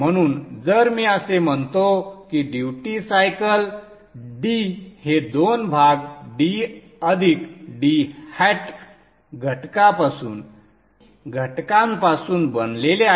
म्हणून जर मी असे म्हणतो की ड्युटी सायकल d हे दोन भाग d अधिक d hat घटकांपासून बनलेले आहे